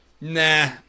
Nah